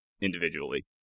individually